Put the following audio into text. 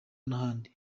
n’ahandi